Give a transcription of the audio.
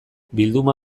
bilduma